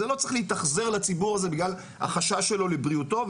לא צריך להתאכזר לציבור הזה בגלל החשש שלו לבריאותו,